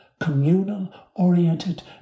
communal-oriented